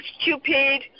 stupid